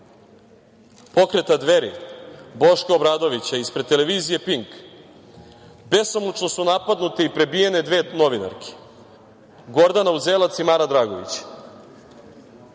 Pokreta Dveri Boška Obradovića ispred Televizije Pink besomučno napadnute i prebijene dve novinarke, Gordana Uzelac i Mara Dragović.